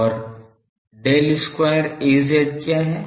और Del square Az क्या है